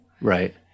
right